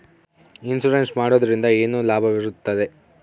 Insurance ಮಾಡೋದ್ರಿಂದ ಏನು ಲಾಭವಿರುತ್ತದೆ?